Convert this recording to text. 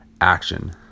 action